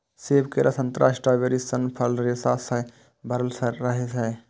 सेब, केला, संतरा, स्ट्रॉबेरी सन फल रेशा सं भरल रहै छै